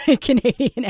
Canadian